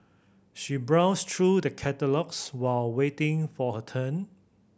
she browsed through the catalogues while waiting for her turn